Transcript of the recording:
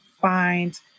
find